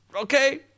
Okay